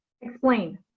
Explain